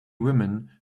women